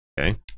Okay